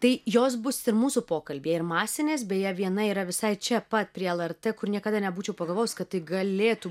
tai jos bus ir mūsų pokalbyje ir masinės beje viena yra visai čia pat prie lrt kur niekada nebūčiau pagalvojus kad tai galėtų